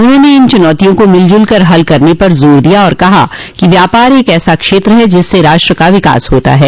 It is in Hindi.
उन्होंने इन चुनौतियों को मिलजुल कर हल करने पर जोर दिया और कहा कि व्यापार एक ऐसा क्षेत्र है जिससे राष्ट्र का विकास होता है